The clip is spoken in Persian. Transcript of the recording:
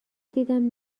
دیدم